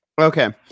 Okay